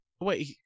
Wait